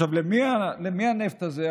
למי הנפט הזה?